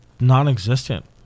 non-existent